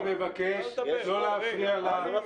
אני מבקש לא להפריע לה.